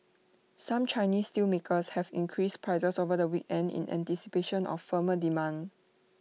some Chinese steelmakers have increased prices over the weekend in anticipation of firmer demand